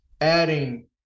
adding